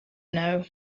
know